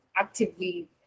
actively